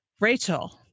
Rachel